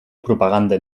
propaganda